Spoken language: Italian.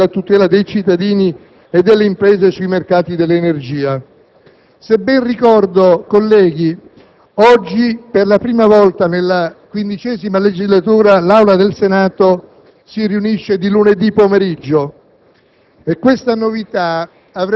energetica nazionale e la tutela dei cittadini e delle imprese sui mercati dell'energia. Se ben ricordo, colleghi, oggi per la prima volta nella XV legislatura, l'Assemblea del Senato si riunisce di lunedì pomeriggio.